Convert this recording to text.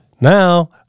Now